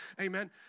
amen